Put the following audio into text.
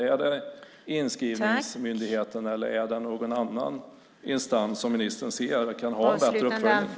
Är det inskrivningsmyndigheten eller ser ministern att någon annan instans kan ha en bättre uppföljning?